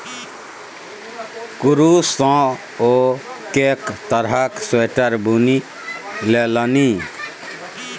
कुरूश सँ ओ कैक तरहक स्वेटर बुनि लेलनि